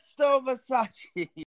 Versace